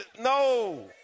no